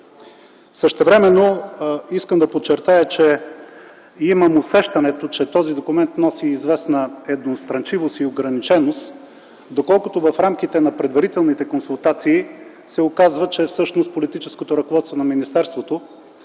Същевременно искам да подчертая, че имам усещането, че този документ носи известна едностранчивост и ограниченост, доколкото в рамките на предварителните консултации се оказва, че всъщност политическото ръководство на министерството